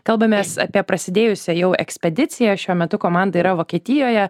kalbamės apie prasidėjusią jau ekspediciją šiuo metu komanda yra vokietijoje